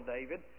David